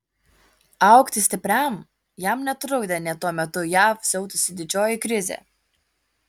augti stipriam jam netrukdė nė tuo metu jav siautusi didžioji krizė